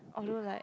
although like